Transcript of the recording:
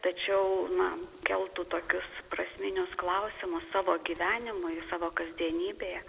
tačiau na keltų tokius prasminius klausimus savo gyvenimui savo kasdienybėje